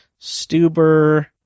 Stuber